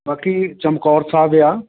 ਬਾਕੀ ਚਮਕੌਰ ਸਾਹਿਬ ਆ